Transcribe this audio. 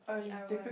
the R_O_M